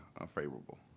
unfavorable